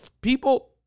people